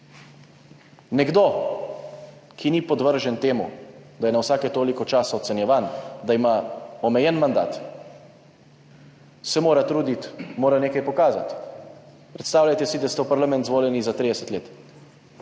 Nekdo, ki ni podvržen temu, da je na vsake toliko časa ocenjevan, da ima omejen mandat, se mora truditi, mora nekaj pokazati. Predstavljajte si, da ste v parlament izvoljeni za 30 let